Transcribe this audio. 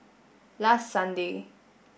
last Sunday